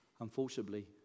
Unfortunately